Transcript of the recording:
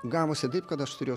gavosi taip kad aš turėjau